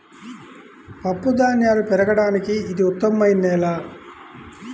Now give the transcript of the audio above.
పప్పుధాన్యాలు పెరగడానికి ఇది ఉత్తమమైన నేల